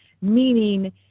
meaning